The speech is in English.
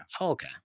okay